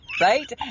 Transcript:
right